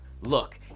Look